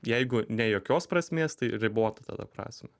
jeigu ne jokios prasmės tai ribotą tada prasmę